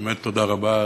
באמת תודה רבה,